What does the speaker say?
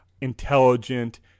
intelligent